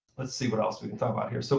let's see what else we can talk about here. so